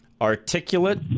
articulate